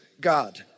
God